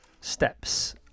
steps